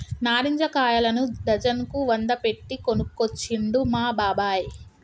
నారింజ కాయలను డజన్ కు వంద పెట్టి కొనుకొచ్చిండు మా బాబాయ్